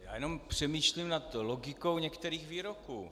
Já jenom přemýšlím nad logikou některých výroků.